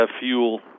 fuel